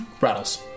rattles